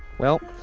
well,